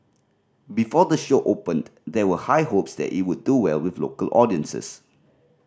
before the show opened there were high hopes that it would do well with local audiences